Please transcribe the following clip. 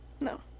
No